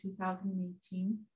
2018